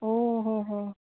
ओ हो हो